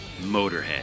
Motorhead